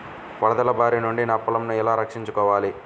వరదల భారి నుండి నా పొలంను ఎలా రక్షించుకోవాలి?